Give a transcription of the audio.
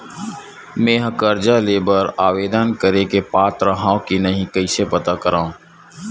मेंहा कर्जा ले बर आवेदन करे के पात्र हव की नहीं कइसे पता करव?